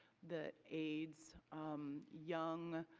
that aids young